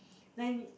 then